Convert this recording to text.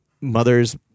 mother's